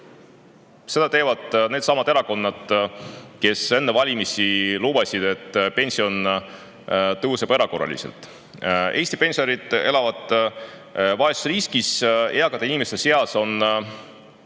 Seda teevad needsamad erakonnad, kes enne valimisi lubasid, et pension tõuseb erakorraliselt. Eesti pensionärid elavad vaesusriskis. Eakate inimeste seas on